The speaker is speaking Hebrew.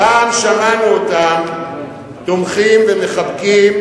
פעם שמענו אותם תומכים ומחבקים,